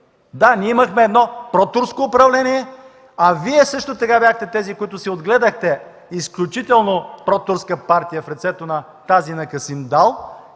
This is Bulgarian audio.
Да, ние имахме едно протурско управление, а Вие бяхте тези, които си отгледахте изключително протурска партия в лицето на тази на Касим Дал.